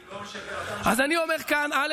אני לא משקר, אתה משקר, אז אני אומר כאן: א.